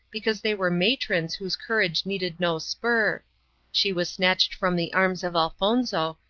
because they were matrons whose courage needed no spur she was snatched from the arms of elfonzo,